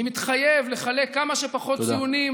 אני מתחייב לחלק כמה שפחות ציונים, תודה.